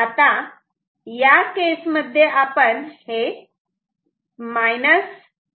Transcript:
आता या केसमध्ये आपण हे